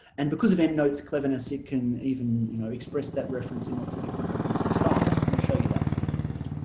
and because of endnote's cleverness it can even you know express that reference in lots of different referencing styles and we'll show you that in a little bit